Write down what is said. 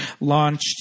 launched